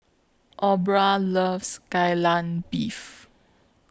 Aubra loves Kai Lanb Beef